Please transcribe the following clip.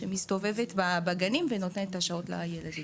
שמסתובבת בגנים ונותנת את השעות לילדים.